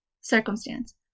Circumstance